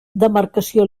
demarcació